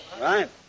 right